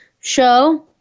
show